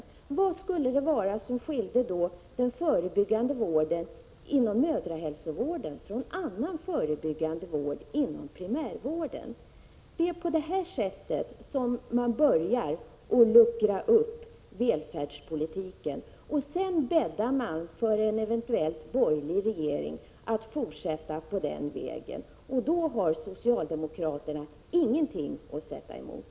Vad är det 49 Ja ma HH Detär genom förslag som detta som socialdemokraterna börjar luckra upp välfärdspolitiken. Därmed bäddar de för att en eventuell borgerlig regering fortsätter på den vägen. Och då har socialdemokraterna ingenting att sätta emot.